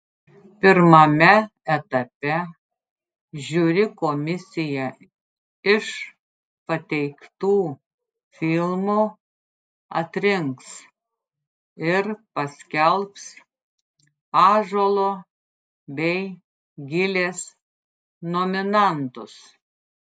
pirmame etape žiuri komisija iš pateiktų filmų atrinks ir paskelbs ąžuolo bei gilės nominantus